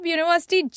University